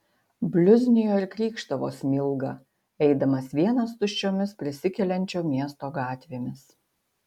bliuznijo ir krykštavo smilga eidamas vienas tuščiomis prisikeliančio miesto gatvėmis